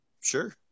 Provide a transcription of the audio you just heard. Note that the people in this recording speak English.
sure